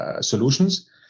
solutions